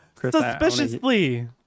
suspiciously